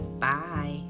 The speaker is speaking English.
Bye